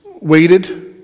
waited